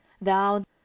thou